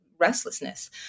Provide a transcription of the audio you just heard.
restlessness